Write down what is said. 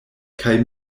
kaj